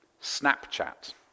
Snapchat